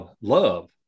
love